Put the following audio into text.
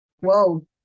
Whoa